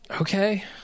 Okay